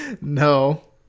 No